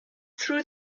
through